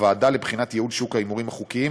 הוועדה לבחינת ייעול שוק ההימורים החוקיים